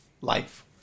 life